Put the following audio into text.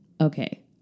Okay